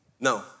No